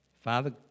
Father